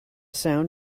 sound